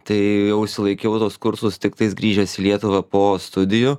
tai jau išsilaikiau tuos kursus tiktais grįžęs į lietuvą po studijų